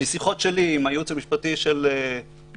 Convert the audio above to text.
משיחות שלי עם הייעוץ המשפטי של בתי-המשפט,